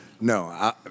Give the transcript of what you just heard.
No